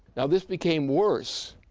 now this became worse